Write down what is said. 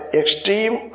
extreme